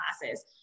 classes